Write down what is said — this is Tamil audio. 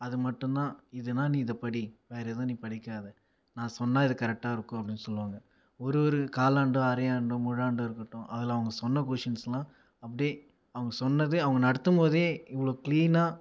அது மட்டும் தான் இதுனா இதை படி வேறு எதுவும் நீ படிக்காதே நான் சொன்னால் இது கரெக்டா இருக்கும் அப்படின்னு சொல்லுவாங்க ஒரு ஒரு காலாண்டு அரையாண்டு முழுஆண்டாக இருக்கட்டும் அதில் அவங்க சொன்ன கொஸ்ஷின்ஸ்லாம் அப்படியே அவங்க சொன்னது அவங்க நடத்தும் போதே இவ்வளோ கிளீனாக